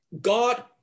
God